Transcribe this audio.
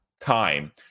time